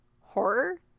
Horror